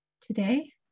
today